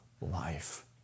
life